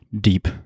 deep